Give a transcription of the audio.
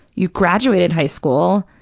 you graduated high school.